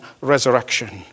resurrection